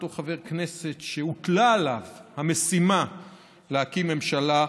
אותו חבר כנסת שהוטלה עליו המשימה להקים ממשלה,